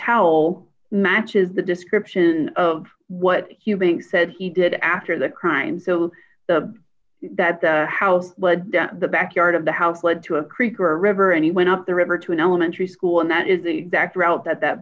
towel matches the description of what he being said he did after the crime so that the house was the backyard of the house led to a creek or river and he went up the river to an elementary school and that is exact route that that